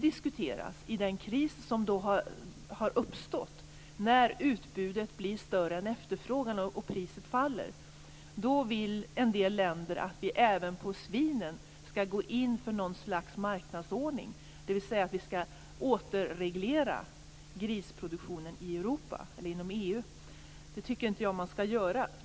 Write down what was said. I den kris som har uppstått när utbudet blir större än efterfrågan och priset faller vill en del länder att vi även beträffande svinen skall gå in för ett slags marknadsordning, dvs. att vi skall återreglera grisproduktionen inom EU. Det tycker inte jag att man skall göra.